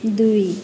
ଦୁଇ